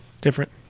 different